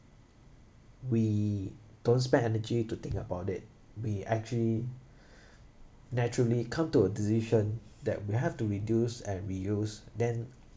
we don't spend energy to think about it we actually naturally come to a decision that we have to reduce and reuse then